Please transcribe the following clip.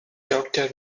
doctor